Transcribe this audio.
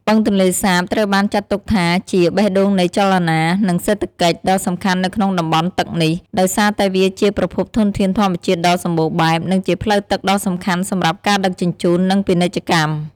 បឹងទន្លេសាបត្រូវបានចាត់ទុកថាជា បេះដូងនៃចលនា និងសេដ្ឋកិច្ច ដ៏សំខាន់នៅក្នុងតំបន់ទឹកនេះ ដោយសារតែវាជាប្រភពធនធានធម្មជាតិដ៏សម្បូរបែប និងជាផ្លូវទឹកដ៏សំខាន់សម្រាប់ការដឹកជញ្ជូន និងពាណិជ្ជកម្ម។